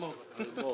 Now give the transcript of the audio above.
נכון.